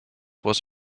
was